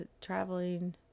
Traveling